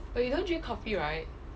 but you don't drink coffee right